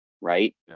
right